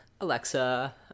Alexa